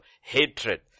hatred